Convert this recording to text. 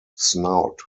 snout